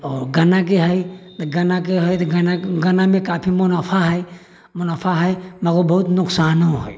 ओ गन्ना के है तऽ गन्ना के है जे गन्ना गन्ना मे काफी मोनाफा है मोनाफा है मगर बहुत नुकसानो है